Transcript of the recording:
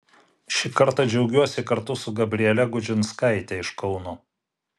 šį kartą džiaugiuosi kartu su gabriele gudžinskaite iš kauno